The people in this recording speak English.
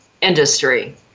industry